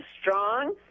strong